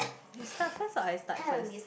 you start first or I start first